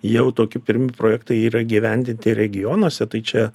jau tokie pirmi projektai yra įgyvendinti regionuose tai čia